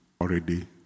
already